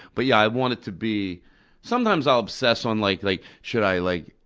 but, yeah, i want it to be sometimes i'll obsess on like like should i, like,